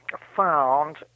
found